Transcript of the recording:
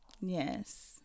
yes